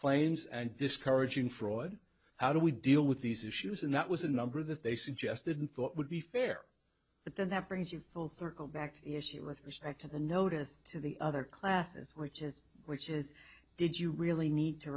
claims and discouraging fraud how do we deal with these issues and that was a number that they suggested and thought would be fair but then that brings you full circle back to the issue with respect to the notice to the other classes which is which is did you really need to